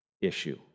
issue